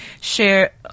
Share